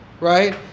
right